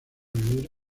vivir